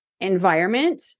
environment